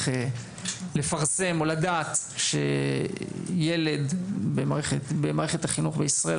לפרסם או לדעת שילד במערכת החינוך בישראל,